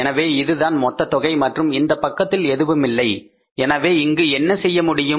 எனவே இது தான் மொத்த தொகை மற்றும் இந்தப் பக்கத்தில் எதுவுமில்லை எனவே இங்கு என்ன செய்ய முடியும்